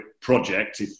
project